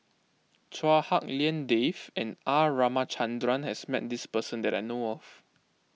Chua Hak Lien Dave and R Ramachandran has met this person that I know of